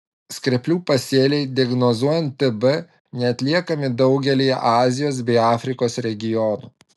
skreplių pasėliai diagnozuojant tb neatliekami daugelyje azijos bei afrikos regionų